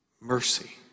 mercy